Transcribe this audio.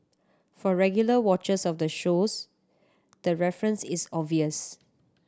for regular watchers of the shows the reference is obvious